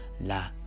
La